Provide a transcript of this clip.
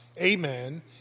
amen